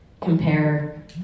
compare